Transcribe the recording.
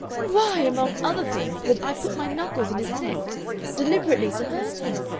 why, among other things, did i put my knuckles in his neck deliberately to hurt him?